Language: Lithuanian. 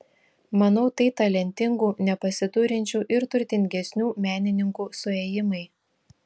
manau tai talentingų nepasiturinčių ir turtingesnių menininkų suėjimai